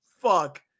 fuck